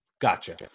Gotcha